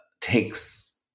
takes